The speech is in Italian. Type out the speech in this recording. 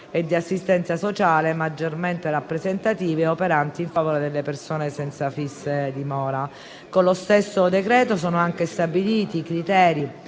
e di assistenza sociale maggiormente rappresentative operanti in favore delle persone senza fissa dimora. Con lo stesso provvedimento sono anche stabiliti i criteri